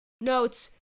notes